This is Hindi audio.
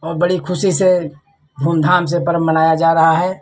और बड़ी ख़ुशी से धूमधाम से पर्व मनाया जा रहा है